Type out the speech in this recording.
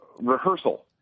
Rehearsal